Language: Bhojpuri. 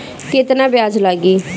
केतना ब्याज लागी?